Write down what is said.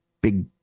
big